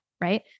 right